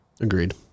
Agreed